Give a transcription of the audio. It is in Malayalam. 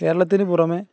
കേരളത്തിനു പുറമേ